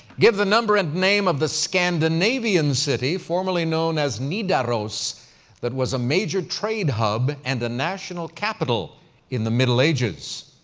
give the number and name of the scandinavian city formerly known as nida rose that was a major trade hub and the national capital in the middle ages.